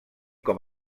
com